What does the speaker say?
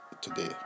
today